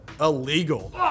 illegal